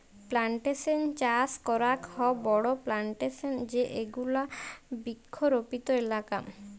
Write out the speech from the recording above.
plantation চাস করাক হ বড়ো প্লানটেশন এ যেগুলা বৃক্ষরোপিত এলাকা